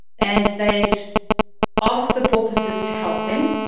and they'd ask the porpoises to help them.